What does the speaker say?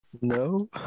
No